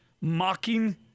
mocking